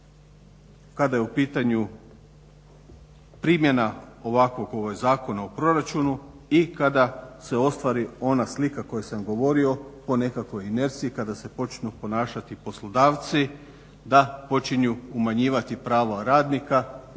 kada je u pitanju Zakona o proračunu i kada se ostvari ona slika koju sam govorio o nekakvoj inerciji kada se počnu ponašati poslodavci da počinju umanjivati prava radnika jel